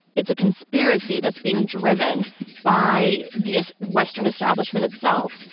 it's a conspiracy that's being driven by the ah western establishment itself.